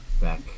back